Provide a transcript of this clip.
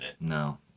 No